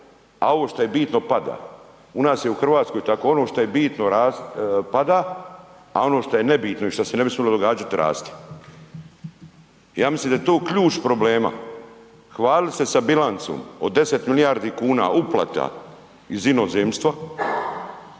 a ovo što je bitno pada, u nas je u RH tako, ono što je bitno pada, a ono što je nebitno i šta se ne bi smilo događat raste. Ja mislim da je tu ključ problema, hvalili se sa bilancom od 10 milijardi kuna uplata iz inozemstva